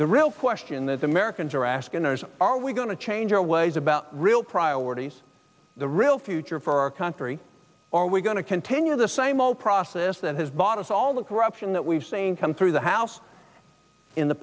the real question that americans are asking are we going to change our ways about real priorities the real future for our country are we going to continue the same old process that has bought us all the corruption that we've seen come through the house in the